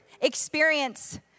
experience